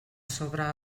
sobre